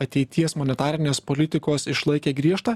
ateities monetarinės politikos išlaikė griežtą